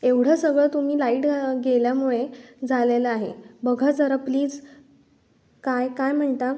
एवढं सगळं तुम्ही लाईट गेल्यामुळे झालेलं आहे बघा जरा प्लीज काय काय म्हणता